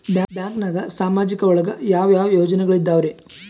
ಬ್ಯಾಂಕ್ನಾಗ ಸಾಮಾಜಿಕ ಒಳಗ ಯಾವ ಯಾವ ಯೋಜನೆಗಳಿದ್ದಾವ್ರಿ?